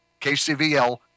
KCVL